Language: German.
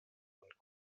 und